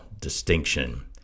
distinction